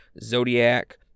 Zodiac